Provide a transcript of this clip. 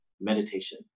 meditation